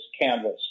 canvas